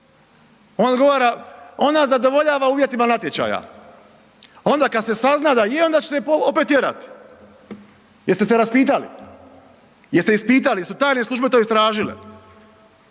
on odgovara, ona zadovoljava uvjetima natječaja. Onda kada se sazna da je onda ćete je opet tjerat. Jeste se raspitali? Jeste ispitali, jesu tajne službe to istražile?